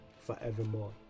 forevermore